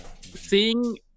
seeing